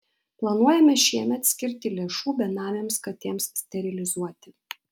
planuojame šiemet skirti lėšų benamėms katėms sterilizuoti